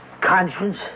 conscience